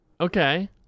Okay